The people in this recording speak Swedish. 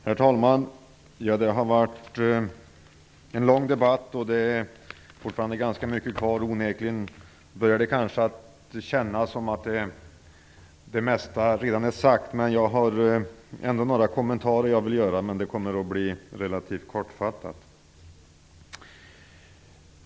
Herr talman! Det har varit en lång debatt och det återstår fortfarande ganska mycket. Onekligen börjar det kännas som om det mesta redan är sagt. Jag vill ändå göra några kommentarer, men de kommer att bli relativt kortfattade.